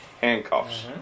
handcuffs